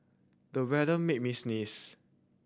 the weather made me sneeze